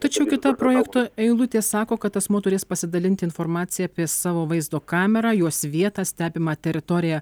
tačiau kita projekto eilutė sako kad asmuo turės pasidalinti informacija apie savo vaizdo kamerą jos vietą stebimą teritoriją